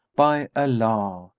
by allah,